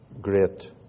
great